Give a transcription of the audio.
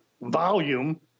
volume –